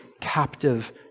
captive